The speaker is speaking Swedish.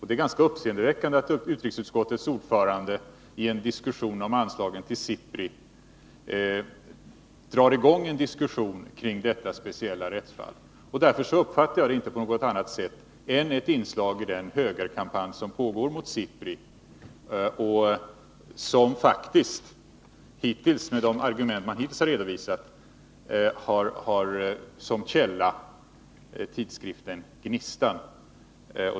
Det är ganska uppseendeväckande att utrikesutskottets ordförandei en diskussion om anslagen till SIPRI drar i gång en debatt om det nämnda rättsfallet. Jag uppfattar det inte på något annat sätt än som ett inslag i den högerkampanj som pågår mot SIPRI och som faktiskt med de argument som hittills redovisats har som källa tidskriften Gnistan.